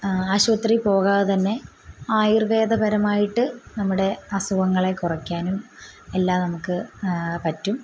ആശുപത്രിയിൽ പോകാതെതന്നെ ആയുർവേദപരമായിട്ട് നമ്മുടെ അസുഖങ്ങളെ കുറയ്ക്കാനും എല്ലാം നമുക്ക് പറ്റും